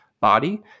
body